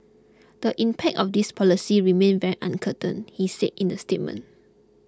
the impact of these policies remains very uncertain he said in the statement